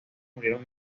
murieron